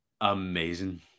amazing